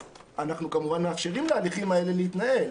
אנחנו כמובן מאפשרים להליכים האלה להתנהל,